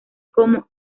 como